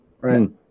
Right